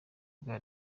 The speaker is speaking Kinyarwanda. bwa